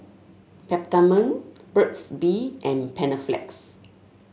Peptamen Burt's Bee and Panaflex